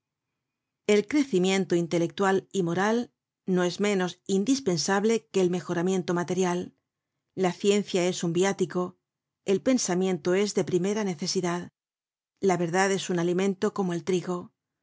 el crecimiento intelectual y moral no es menos indispensable que el mejoramiento material la ciencia es un viático el pensamiento es de primera necesidad la verdad es un alimento como el trigo